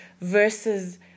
versus